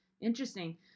Interesting